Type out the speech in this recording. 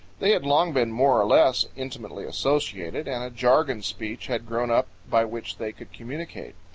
they had long been more or less intimately associated, and a jargon speech had grown up by which they could communicate.